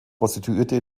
prostituierte